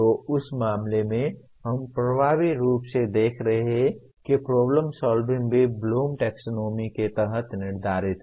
तो उस मामले में हम प्रभावी रूप से देख रहे हैं कि प्रॉब्लम सॉल्विंग भी ब्लूम टैक्सोनॉमी के तहत निर्धारित है